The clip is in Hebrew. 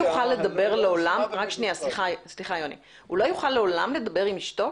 לעולם הוא לא יוכל לדבר עם אשתו?